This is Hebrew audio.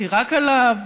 תירק עליו?